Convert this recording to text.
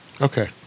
Okay